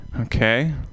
Okay